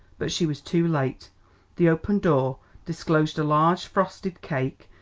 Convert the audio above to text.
but she was too late the open door disclosed a large frosted cake,